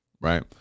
right